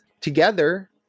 together